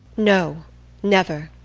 no never.